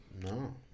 No